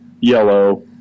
Yellow